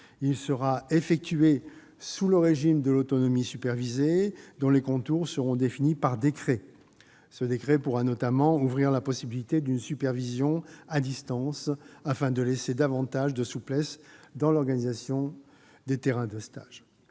sera effectué sous le régime de l'autonomie supervisée. Ses contours seront définis par un décret, qui pourra notamment ouvrir la possibilité d'une supervision à distance, afin de laisser davantage de souplesse dans l'organisation des terrains de stage.